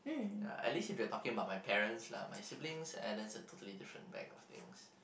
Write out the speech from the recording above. ya at least if you're talking about my parents lah my siblings eh that's a totally different bag of things